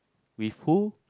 with who